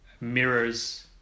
mirrors